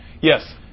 Yes